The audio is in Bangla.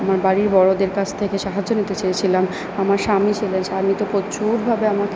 আমার বাড়ির বড়োদের কাছ থেকে সাহায্য নিতে চেয়েছিলাম আমার স্বামী ছিলেন স্বামী তো প্রচুরভাবে আমাকে